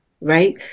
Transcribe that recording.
right